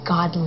God